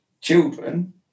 children